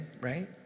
right